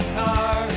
car